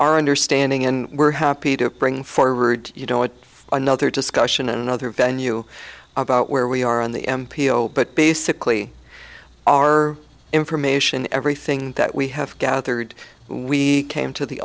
our understanding and we're happy to bring forward you know what another discussion another venue about where we are on the m p o but basically our information everything that we have gathered we came to the